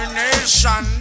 nation